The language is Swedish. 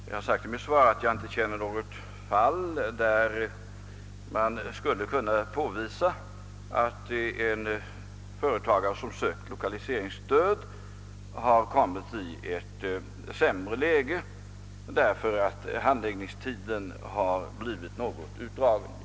Herr talman! Jag har sagt i mitt svar att jag inte känner till något fall där man skulle kunna påvisa att en företagare, som sökt lokaliseringsstöd, har kommit i ett sämre läge därför att handläggningen av ansökan har dragit ut på tiden något.